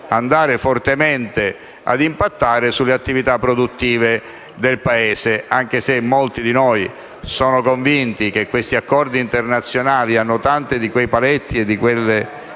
impattare fortemente sulle attività produttive del Paese. Anche se molti di noi sono convinti che questi accordi internazionali hanno tanti di quei paletti e di quelle